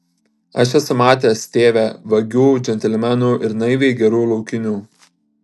aš esu matęs tėve vagių džentelmenų ir naiviai gerų laukinių